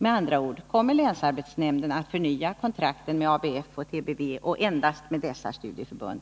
Med andra ord: Kommer länsarbetsnämnden att förnya kontrakten med ABF och TBV och endast med dessa studieförbund?